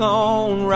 on